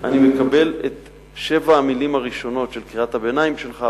אני מקבל את שבע המלים הראשונות של קריאת הביניים שלך,